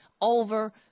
over